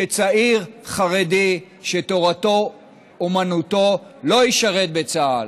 שצעיר חרדי שתורתו אומנותו לא ישרת בצה"ל.